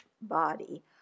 body